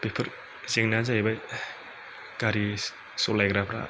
बेफोर जेंनाया जाहैबाय गारि सलायग्राफ्रा